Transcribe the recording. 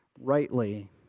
rightly